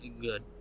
good